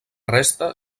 resta